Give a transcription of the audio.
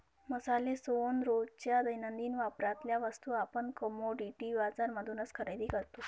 मसाले, सोन, रोजच्या दैनंदिन वापरातल्या वस्तू आपण कमोडिटी बाजार मधूनच खरेदी करतो